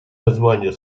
названия